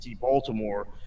baltimore